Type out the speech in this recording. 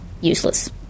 useless